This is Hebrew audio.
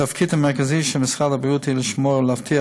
התפקיד המרכזי של משרד הבריאות הוא לשמור ולהבטיח